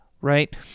right